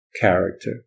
character